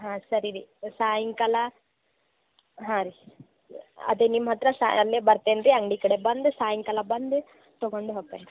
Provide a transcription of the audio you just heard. ಹಾಂ ಸರಿ ರೀ ಸಾಯಂಕಾಲ ಹಾಂ ರೀ ಅದೇ ನಿಮ್ಮ ಹತ್ತಿರ ಸಾ ಅಲ್ಲೇ ಬರ್ತೆನೆ ರೀ ಅಂಗಡಿ ಕಡೆ ಬಂದು ಸಾಯಂಕಾಲ ಬಂದು ತಗೊಂಡು ಹೋಗ್ತಿನಿ ರೀ